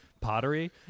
pottery